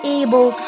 able